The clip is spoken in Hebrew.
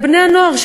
לבני-הנוער,